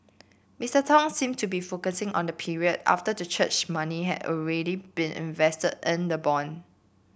Mister Tong seem to be focusing on the period after the church money had already been invested in the bond